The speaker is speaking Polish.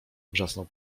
wrzasnął